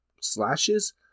slashes